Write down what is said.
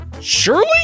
Surely